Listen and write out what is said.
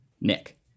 Nick